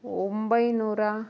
ಒಂಬೈನೂರ